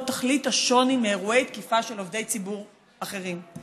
תכלית השוני מאירועי תקיפה של עובדי ציבור אחרים.